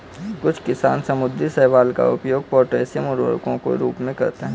कुछ किसान समुद्री शैवाल का उपयोग पोटेशियम उर्वरकों के रूप में करते हैं